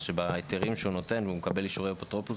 שבהיתרים שהוא נותן ומקבל אישורי אפוטרופוס